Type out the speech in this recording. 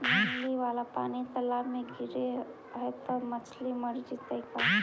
नली वाला पानी तालाव मे गिरे है त मछली मर जितै का?